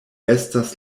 estas